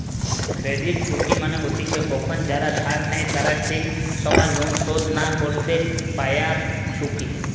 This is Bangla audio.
ক্রেডিট ঝুঁকি মানে হতিছে কখন যারা ধার নেই তারা ঠিক সময় লোন শোধ না করতে পায়ারঝুঁকি